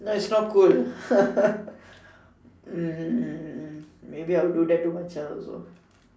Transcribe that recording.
no it's not cool hmm maybe I'll do that to my child also